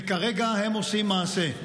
וכרגע הם עושים מעשה.